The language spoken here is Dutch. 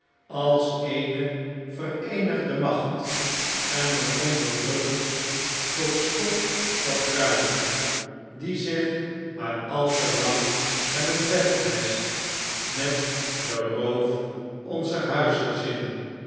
als eene vereenigde macht en de onderdrukkers tot stof vergruizen die zich maar al te lang hebben vetgemest met den roof onzer huisgezinnen